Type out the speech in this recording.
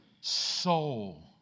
soul